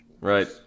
right